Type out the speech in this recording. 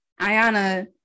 Ayana